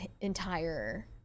entire